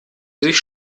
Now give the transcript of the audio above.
sich